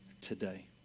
today